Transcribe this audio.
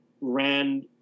ran